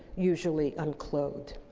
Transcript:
usually unclothed.